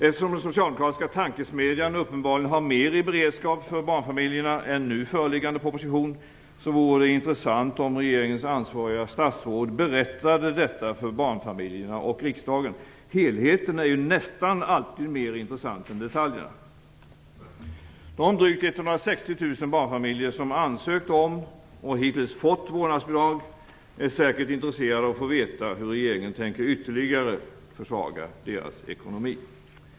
Eftersom den socialdemokratiska tankesmedjan uppenbarligen har mer i beredskap för barnfamiljerna än nu föreliggande proposition, vore det intressant om regeringens ansvariga statsråd berättade detta för barnfamiljerna och riksdagen. Helheten är ju nästan alltid mer intressant än detaljerna. De drygt 160 000 barnfamiljer som ansökt om och hittills fått vårdnadsbidrag är säkert intresserade av att få veta hur regeringen tänker ytterligare försvaga deras ekonomi.